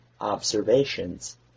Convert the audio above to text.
observations